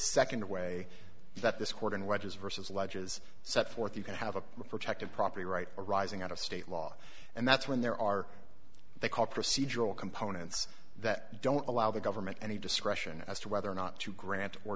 second the way that this court in wedges versus alleges set forth you can have a protected property rights arising out of state law and that's when there are they called procedural components that don't allow the government any discretion as to whether or not to grant or